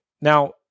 Now